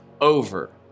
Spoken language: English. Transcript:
over